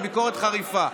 וביקורת חריפה.